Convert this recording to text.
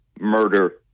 murder